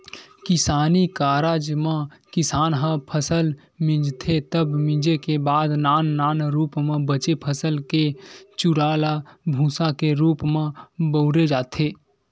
किसानी कारज म किसान ह फसल मिंजथे तब मिंजे के बाद नान नान रूप म बचे फसल के चूरा ल भूंसा के रूप म बउरे जाथे